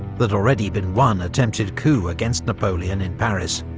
there'd already been one attempted coup against napoleon in paris,